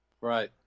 Right